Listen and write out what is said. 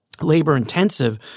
labor-intensive